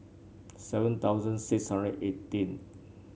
seven thousand six hundred eighteen